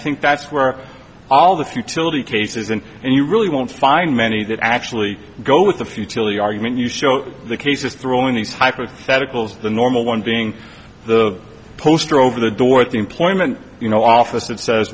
think that's where all the futility cases and and you really won't find many that actually go with the futility argument you show the cases throwing these hypotheticals the normal one being the poster over the door at the employment you know office that says